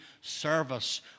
service